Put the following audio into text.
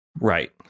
Right